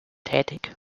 tätig